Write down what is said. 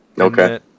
Okay